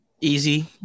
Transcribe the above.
Easy